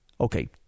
Okay